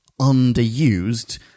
underused